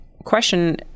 question